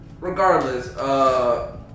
regardless